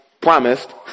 promised